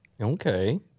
Okay